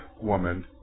woman